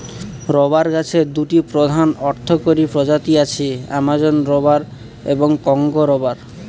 rubber গাছের দুটি প্রধান অর্থকরী প্রজাতি আছে, অ্যামাজন রবার এবং কংগো রবার